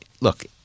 look